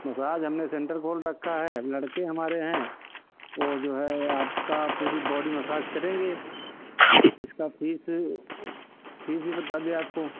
massage हमने centre खोल रखा है लड़के हमारे हैं वो जो है आपका पूरी बॉडी मसाज करेंगे जिसका फीस फीस भी बता दें आपको